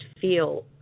feel